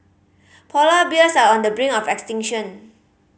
polar bears are on the brink of extinction